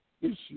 Issues